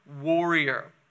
warrior